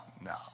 no